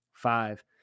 five